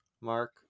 Mark